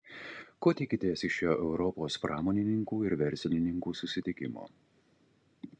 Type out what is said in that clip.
ko tikitės iš šio europos pramonininkų ir verslininkų susitikimo